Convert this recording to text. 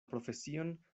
profesion